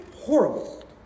horrible